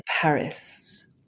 Paris